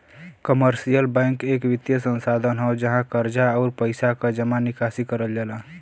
commercial bank एक वित्तीय संस्थान हौ जहाँ कर्जा, आउर पइसा क जमा निकासी करल जाला